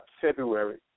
February